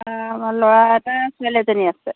আমাৰ ল'ৰা এটা ছোৱালী এজনী আছে